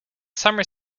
summer